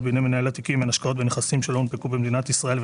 בידי מנהלי תיקים הן השקעות בנכסים שלא הונפקו במדינת ישראל,